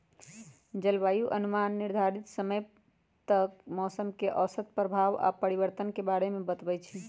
जलवायु अनुमान निर्धारित समय तक मौसम के औसत प्रभाव आऽ परिवर्तन के बारे में बतबइ छइ